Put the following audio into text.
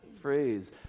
phrase